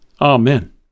Amen